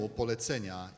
polecenia